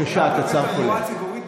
כל החוק שחוקקו לא שווה?